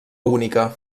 única